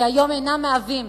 שהיום אינם מהווים